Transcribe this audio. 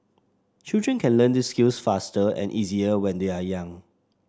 children can learn these skills faster and easier when they are young